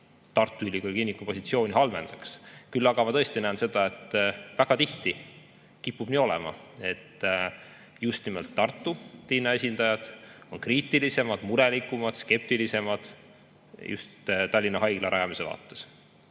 Tartu Ülikooli Kliinikumi positsiooni halvendaks. Küll aga ma tõesti näen seda, et väga tihti kipub olema nii, et just nimelt Tartu linna esindajad on kriitilisemad, murelikumad ja skeptilisemad Tallinna Haigla rajamise suhtes.